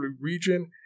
region